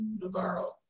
Navarro